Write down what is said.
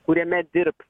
kuriame dirbs